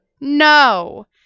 No